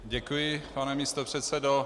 Děkuji, pane místopředsedo.